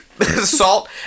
Salt